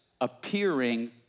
appearing